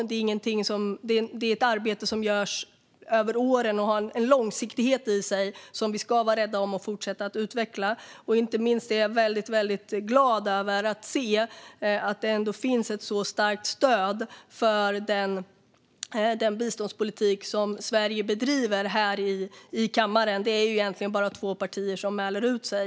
Det är ett arbete som görs över åren och har en långsiktighet i sig som vi ska vara rädda om och fortsätta att utveckla. Inte minst är jag väldigt glad över att se att det ändå finns ett så starkt stöd här i kammaren för den biståndspolitik som Sverige bedriver. Det är ju egentligen bara två partier som mäler ut sig.